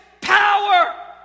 power